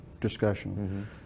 discussion